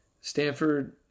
Stanford